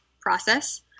process